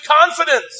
confidence